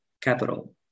capital